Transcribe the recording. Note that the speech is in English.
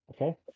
Okay